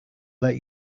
let